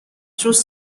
through